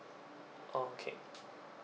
okay